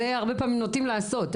זה הרבה פעמים נוטים לעשות.